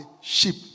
sheep